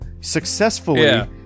successfully